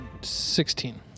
sixteen